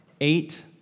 Eight